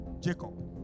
Jacob